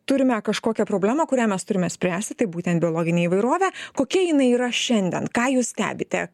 turime kažkokią problemą kurią mes turime spręsti tai būtent biologinę įvairovę kokia jinai yra šiandien ką jūs stebite